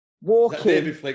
walking